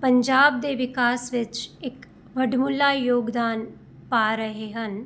ਪੰਜਾਬ ਦੇ ਵਿਕਾਸ ਵਿੱਚ ਇੱਕ ਵਡਮੁੱਲਾ ਯੋਗਦਾਨ ਪਾ ਰਹੇ ਹਨ